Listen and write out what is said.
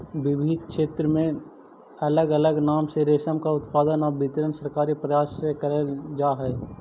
विविध क्षेत्रों में अलग अलग नाम से रेशम का उत्पादन और वितरण सरकारी प्रयास से करल जा हई